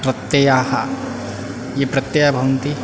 प्रत्ययाः ये प्रत्ययः भवन्ति